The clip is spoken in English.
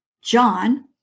John